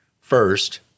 First